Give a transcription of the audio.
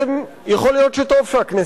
של בני-אדם שמגיעים לכאן,